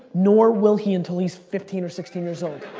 nor will he until he's fifteen or sixteen years old.